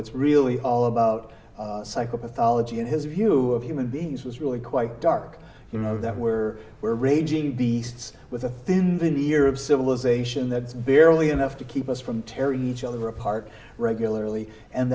it's really all about psychopathology and his view of human beings was really quite dark you know that we're where raging beasts with a thin veneer of civilization that's barely enough to keep us from terry each other apart regularly and